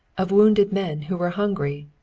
of wounded men who were hungry?